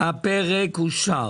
הצבעה אושר הפרק אושר.